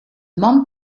man